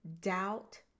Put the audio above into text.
doubt